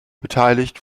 beteiligt